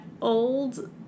old